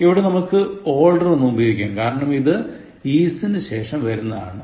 ഇവിടെ നമുക്ക് older എന്നുപയോഗിക്കാം കാരണം ഇത് is നു ശേഷം വരുന്നതാണ്